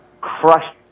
crushed